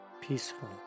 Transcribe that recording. peaceful